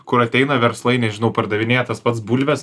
kur ateina verslai nežinau pardavinėja tas pats bulves